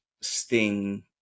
sting